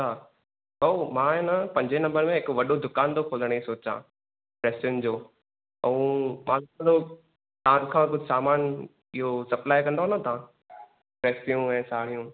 अच्छा भाऊ मां ऐं न पंजे नंबर में हिकु वॾो दुकान थो खोलण जि सोचा ड्रैसिनि जो ऐं मूंखे घणो तव्हांखा कुझु सामान इहो सप्लाइ कंदा आहियो न तव्हां ड्रैसियूं ऐं साड़ियूं